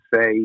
say